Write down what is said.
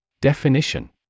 Definition